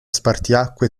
spartiacque